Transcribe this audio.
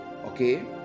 Okay